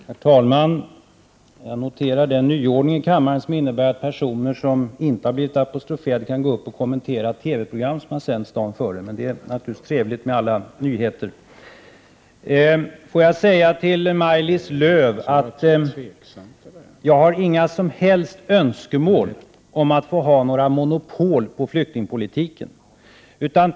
Herr talman! Jag noterar den nyordning i kammaren som innebär att personer som inte har blivit apostroferade kan gå upp i debatten och kommentera TV-program som sänts dagen innan. Men det är ju trevligt med alla nyheter. Till Maj-Lis Lööw vill jag säga att jag inte har några som helst önskemål om att få ha något monopol på flyktingpolitiken.